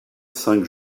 cinq